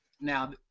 Now